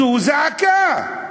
זו זעקה,